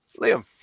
Liam